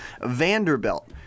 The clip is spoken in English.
Vanderbilt